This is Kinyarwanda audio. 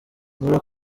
muri